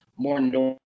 more